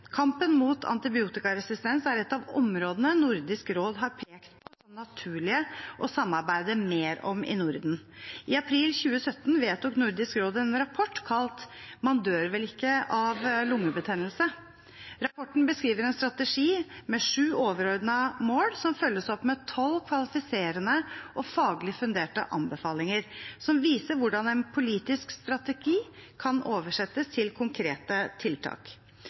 Kampen mot antibiotikaresistens er et av områdene Nordisk råd har pekt på at det er naturlig å samarbeide mer om i Norden. I april 2017 vedtok Nordisk råd en rapport kalt «Man dør vel ikke av lungebetennelse». Rapporten beskriver en strategi med sju overordnede mål som følges opp med tolv kvalifiserende og faglig funderte anbefalinger, som viser hvordan en politisk strategi kan oversettes til konkrete tiltak.